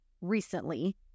recently